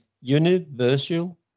Universal